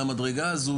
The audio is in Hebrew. מהמדרגה הזו,